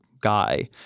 guy